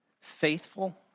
faithful